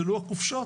זה לוח חופשות.